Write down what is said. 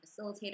facilitator